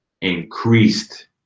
increased